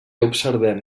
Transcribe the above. observem